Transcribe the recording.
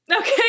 Okay